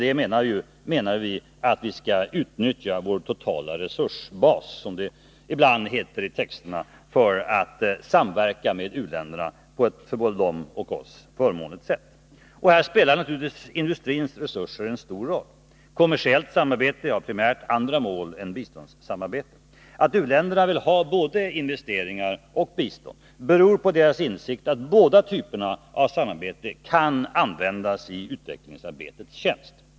Därmed menas att vi skall utnyttja vår totala resursbas, som det ibland heter i texterna, för att samverka med u-länderna på ett för både dem och oss förmånligt sätt. Här spelar industrins resurser stor roll. Kommersiellt samarbete har primärt andra mål än biståndssamarbete. Att u-länderna vill ha både investeringar och bistånd beror på deras insikt om att båda typerna av samarbete kan användas i utvecklingsarbetets tjänst.